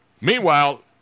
Meanwhile